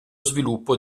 sviluppo